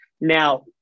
Now